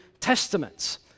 testaments